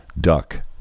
duck